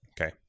Okay